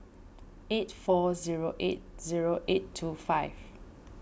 eight four zero eight zero eight two five